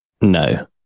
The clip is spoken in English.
No